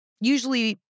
Usually